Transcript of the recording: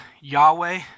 Yahweh